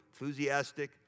enthusiastic